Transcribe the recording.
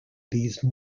these